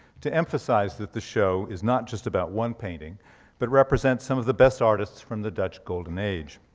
to emphasize that the show is not just about one painting but represents some of the best artists from the dutch golden age.